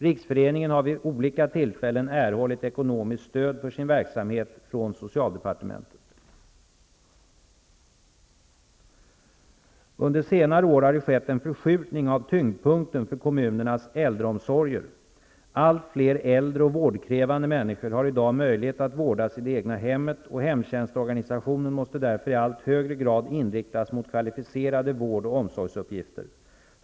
Riksföreningen har vid olika tillfällen erhållit ekonomiskt stöd för sin verksamhet från socialdepartementet. Under senare år har det skett en förskjutning av tyngdpunkten för kommunernas äldreomsorger. Allt fler äldre och vårdkrävande människor har i dag möjlighet att vårdas i det egna hemmet, och hemtjänstorganisationen måste därför i allt högre grad inriktas mot kvalificerade vård och omsorgsuppgifter.